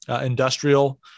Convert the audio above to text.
industrial